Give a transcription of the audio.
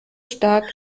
stark